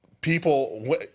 people